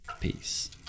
peace